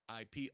IP